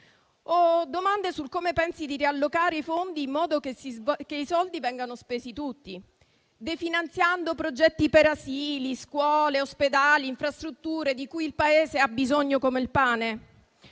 domande su come pensa di riallocare i fondi in modo che i soldi vengano spesi tutti: definanziando progetti per asili, scuole, ospedali e infrastrutture, di cui il Paese ha bisogno come il pane?